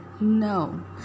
No